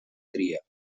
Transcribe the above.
tria